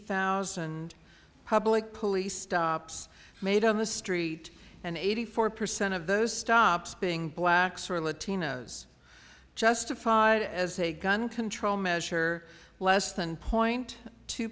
thousand public police stops made on the street and eighty four percent of those stops being blacks or latinos justified as a gun control measure less than point two